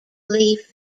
leaf